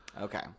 Okay